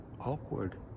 awkward